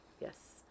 Yes